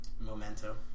Memento